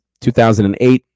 2008